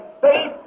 faith